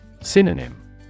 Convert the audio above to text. Synonym